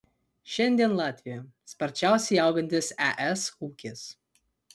šiandien latvija sparčiausiai augantis es ūkis